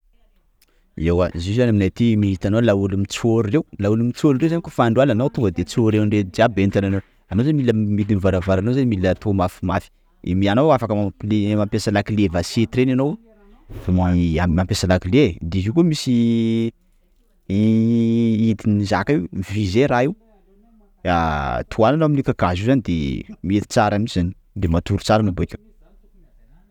Ewa izy io aminay aty itanao laolo mitsôry reo, laolo mitsôry reo kôfa andro alina anao to de tsôrin-dreo jiaby enantananao, anao zany mila, mila hidin'ny varavarana anao zany atao mafimafy anao afaka, mampi- le; mampiasa lakile vachette reny anao, mampiasa lakile e! _x000D_ De izy io koa misy hidin'ny zaka io vy zay raha io; tohanana amin'ny kakazo io zany de mety tsara mintsy zany, de matory tsara anao bakeo.